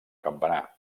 campanar